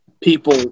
people